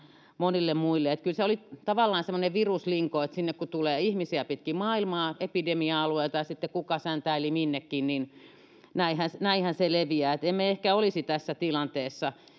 monille muillekin kyllä se oli tavallaan semmoinen viruslinko sinne kun tulee ihmisiä pitkin maailmaa epidemia alueilta ja sitten säntäilee kuka minnekin niin näinhän näinhän se leviää emme ehkä olisi tässä tilanteessa